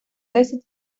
десять